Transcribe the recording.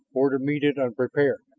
or to meet it unprepared.